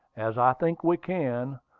as i think we can,